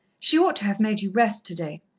she ought to have made you rest today.